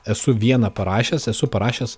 esu vieną parašęs esu parašęs